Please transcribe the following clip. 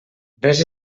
res